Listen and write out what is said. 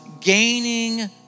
gaining